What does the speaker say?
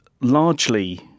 largely